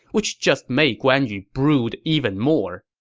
which just made guan yu brood even more.